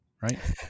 right